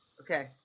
Okay